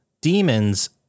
demons